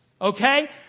Okay